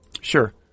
Sure